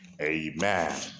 Amen